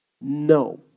no